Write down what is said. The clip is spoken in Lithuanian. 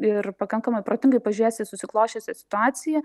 ir pakankamai protingai pažiūrės į susiklosčiusią situaciją